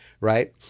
right